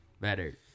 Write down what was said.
Better